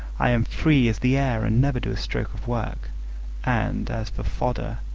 i am free as the air, and never do a stroke of work and, as for fodder,